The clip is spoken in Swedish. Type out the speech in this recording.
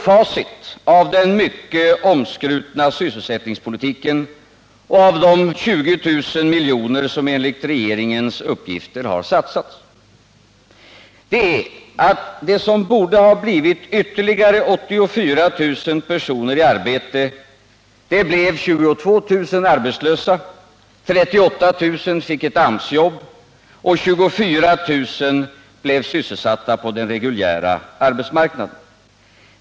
Facit av den mycket omskrutna sysselsättningspolitiken och av de 20 000 miljoner som enligt regeringens uppgifter har satsats är alltså att det som borde ha blivit ytterligare 84 000 personer i arbete blev: 24 000 blev sysselsatta på den reguljära arbetsmarknaden.